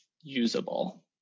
usable